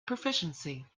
proficiency